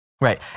Right